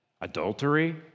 adultery